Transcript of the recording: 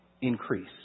increase